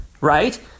right